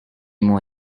more